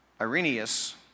Irenaeus